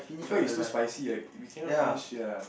because is too spicy eh we cannot finish ya